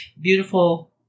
beautiful